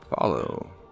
follow